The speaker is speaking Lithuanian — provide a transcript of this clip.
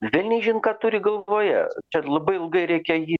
velniaižin ką turi galvoje čia labai ilgai reikia jį